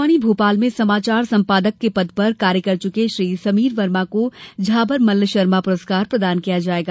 आकाशवाणी भोपाल में समाचार संपादक के पद पर कार्य कर चुके श्री समीर वर्मा को झाबरमल्ल शर्मा पुरस्कार प्रदान किया जायेगा